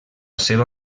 seva